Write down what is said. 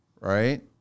Right